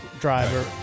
driver